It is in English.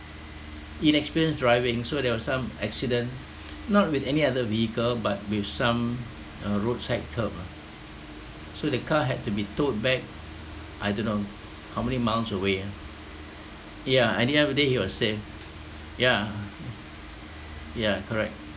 inexperienced driving so there were some accident not with any other vehicle but with some uh roadside curb ah so the car had to be towed back I don't know how many miles away ah yeah at the end of the day he was safe ya ya correct